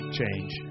change